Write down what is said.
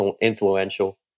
influential